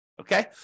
Okay